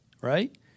right